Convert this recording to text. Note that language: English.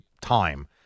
time